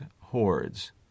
hordes